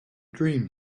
dream